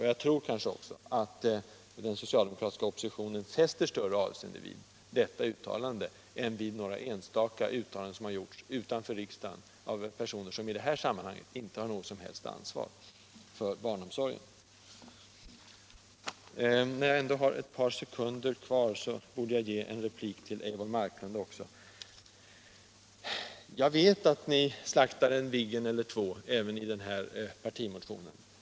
Jag tror att också den socialdemokratiska oppositionen fäster större avseende vid detta uttalande, än vid några enstaka uttalanden som har gjorts utanför riksdagen av personer som i det här sammanhanget inte har något som helst ansvar för barnomsorgen. När jag ändå har ett par sekunder kvar borde jag ge en replik till Eivor Marklund också. Jag vet att ni slaktar en Viggen eller två även i den här partimotionen.